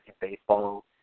baseball